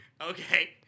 Okay